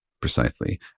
precisely